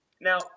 Now